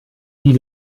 die